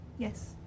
Yes